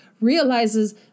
realizes